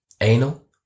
anal